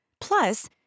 Plus